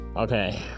Okay